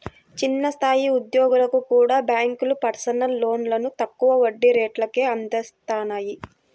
చిన్న స్థాయి ఉద్యోగులకు కూడా బ్యేంకులు పర్సనల్ లోన్లను తక్కువ వడ్డీ రేట్లకే అందిత్తన్నాయి